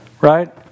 right